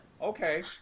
Okay